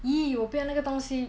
!ee! 我不要那个东西